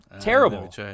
Terrible